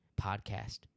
Podcast